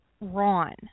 Ron